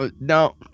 no